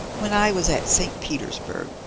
when i was at st. petersburg,